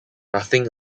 nothing